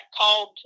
called